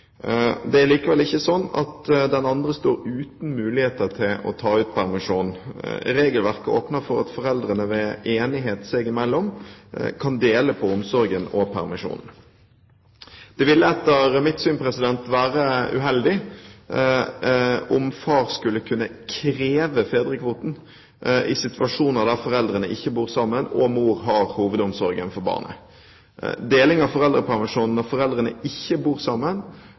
det er far eller mor. Det er likevel ikke slik at den andre står uten mulighet til å ta ut permisjon. Regelverket åpner for at foreldrene ved enighet seg imellom kan dele på omsorgen og permisjonen. Etter mitt syn vil det være uheldig om far skulle kunne kreve fedrekvoten i situasjoner der foreldrene ikke bor sammen og mor har hovedomsorgen for barnet. Deling av foreldrepermisjonen når foreldrene ikke bor sammen,